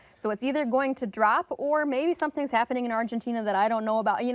so it's either going to drop or maybe something is happening in argentina that i don't know about. yeah